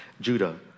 judah